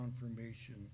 confirmation